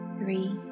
three